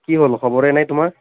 কি হ'ল খবৰেই নাই তোমাৰ